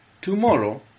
Tomorrow